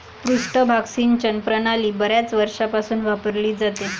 पृष्ठभाग सिंचन प्रणाली बर्याच वर्षांपासून वापरली जाते